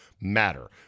matter